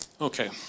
Okay